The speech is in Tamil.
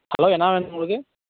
ஹலோ என்ன வேணும் உங்களுக்கு